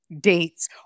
dates